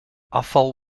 afval